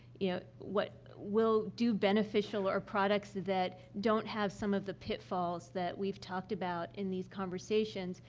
you know, what will do beneficial or products that don't have some of the pitfalls that we've talked about in these conversations,